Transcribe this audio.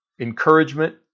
encouragement